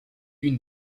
une